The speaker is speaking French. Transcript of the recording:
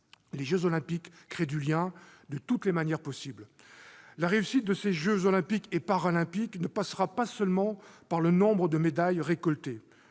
Les jeux Olympiques créent du lien, de toutes les manières possibles. La réussite de ces jeux Olympiques et Paralympiques ne passera pas seulement par le nombre de médailles récoltées.